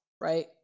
Right